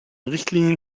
richtlinien